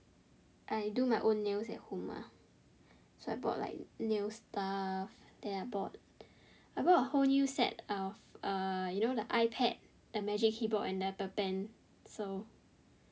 I do my own nails at home mah so I bought like nails stuff then I bought I bought a whole new set of uh you know the I-Pad and magic keyboard and Apple pen